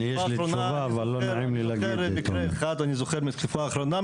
בתקופה האחרונה אני זוכר מקרה אחד מהתקופה האחרונה,